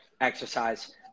exercise